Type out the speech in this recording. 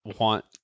want